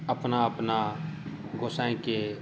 अपना अपना गोसाइकें